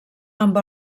amb